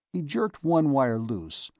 he jerked one wire loose,